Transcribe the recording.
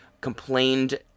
complained